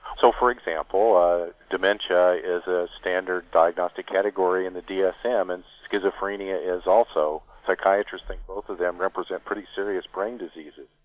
so for example ah dementia is a standard diagnostic category in the dsm and schizophrenia is also. psychiatrists think both of them represent pretty serious brain diseases.